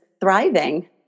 thriving